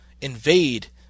invade